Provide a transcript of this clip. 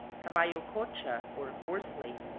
caballococha, or horse-lake,